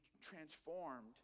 transformed